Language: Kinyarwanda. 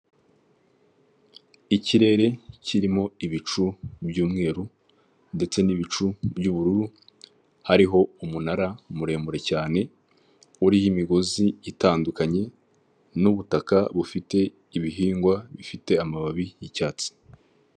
Ikirere kirimo ibicu by'umweru ndetse n'ibicu by'ubururu hariho umunara muremure cyane, uriho imigozi itandukanye n'ubutaka bufite ibihingwa bifite amababi y'icyatsi.